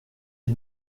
est